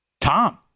Tom